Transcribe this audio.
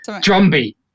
Drumbeat